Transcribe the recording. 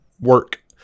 work